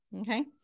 okay